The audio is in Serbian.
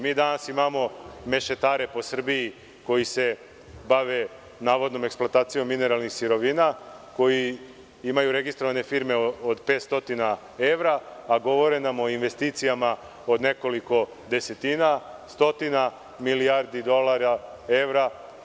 Mi danas imamo mešetare po Srbiji koji se bave navodnom eksploatacijom mineralnih sirovina koji imaju registrovane firme od pet stotine evra, a govore nam o investicijama od nekoliko desetina stotine milijardi dolara, evra.